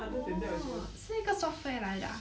other than 我觉得